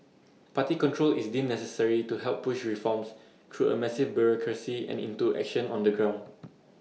party control is deemed necessary to help push reforms through A massive bureaucracy and into action on the ground